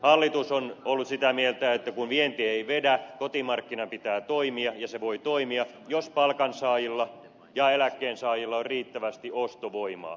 hallitus on ollut sitä mieltä että kun vienti ei vedä kotimarkkinan pitää toimia ja se voi toimia jos palkansaajilla ja eläkkeensaajilla on riittävästi ostovoimaa